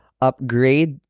upgrade